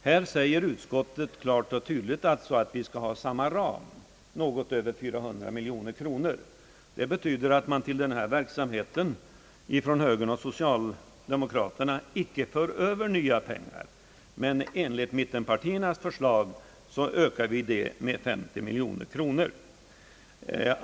Utskottet säger klart och tydligt att vi skall ha samma ram, något över 400 miljoner. Det betyder att man till denna verksamhet enligt högerns och socialdemokraternas förslag inte för över några nya pengar, men enligt mittenpartiernas förslag ökas anslaget med 50 miljoner kronor.